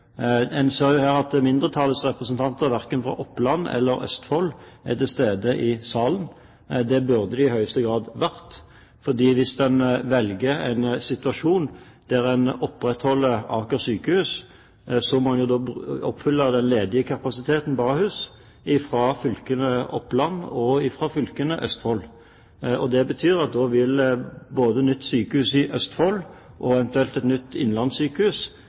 En ser at mindretallets representanter verken fra Oppland eller Østfold er til stede i salen. Det burde de i høyeste grad vært. Hvis man velger å opprettholde Aker sykehus, må en fylle opp den ledige kapasiteten på Ahus fra fylkene Oppland og Østfold. Det betyr at da vil både nytt sykehus i Østfold og eventuelt et nytt innlandssykehus